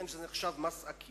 לכן זה נחשב מס עקיף.